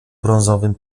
brązowym